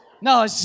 No